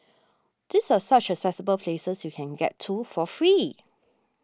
these are such accessible places you can get to for free